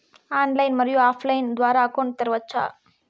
Online, మరియు offline line ద్వారా account తెరవచ్చా?